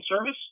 service